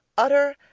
utter,